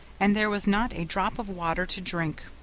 and there was not a drop of water to drink.